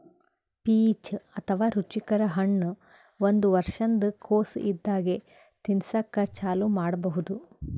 peach ಅಥವಾ ರುಚಿಕರ ಹಣ್ಣ್ ಒಂದ್ ವರ್ಷಿನ್ದ್ ಕೊಸ್ ಇದ್ದಾಗೆ ತಿನಸಕ್ಕ್ ಚಾಲೂ ಮಾಡಬಹುದ್